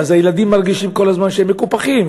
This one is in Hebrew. ואז הילדים מרגישים כל הזמן שהם מקופחים,